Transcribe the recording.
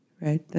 right